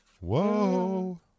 Whoa